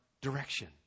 direction